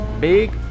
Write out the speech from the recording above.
Big